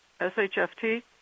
SHFT